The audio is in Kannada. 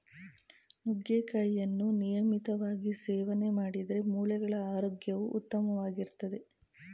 ನುಗ್ಗೆಕಾಯಿಯನ್ನು ನಿಯಮಿತವಾಗಿ ಸೇವನೆ ಮಾಡಿದ್ರೆ ಮೂಳೆಗಳ ಆರೋಗ್ಯವು ಉತ್ತಮವಾಗಿರ್ತದೆ